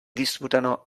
disputano